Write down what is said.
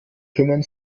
kümmern